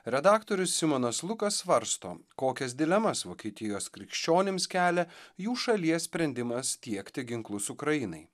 redaktorius simonas lukas svarsto kokias dilemas vokietijos krikščionims kelia jų šalies sprendimas tiekti ginklus ukrainai